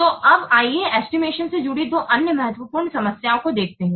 तो अब आइए एस्टिमेशन से जुड़ी दो अन्य महत्वपूर्ण समस्याओं को देखते हैं